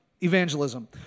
evangelism